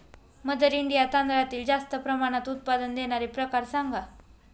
mother India तांदळातील जास्त प्रमाणात उत्पादन देणारे प्रकार सांगा